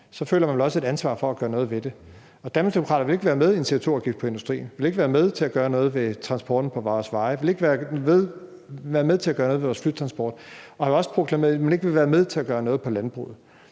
føler man vel også et ansvar for at gøre noget ved det. Og Danmarksdemokraterne vil ikke være med i en CO2-afgift på industrien, vil ikke være med til at gøre noget ved transporten på vores veje og vil ikke være med til at gøre noget ved vores flytransport, og man har også proklameret, at man ikke vil være med til at gøre noget ved landbruget.